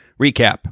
recap